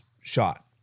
shot